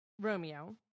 Romeo